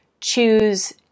choose